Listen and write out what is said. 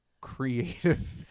creative